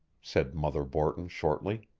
said mother borton shortly,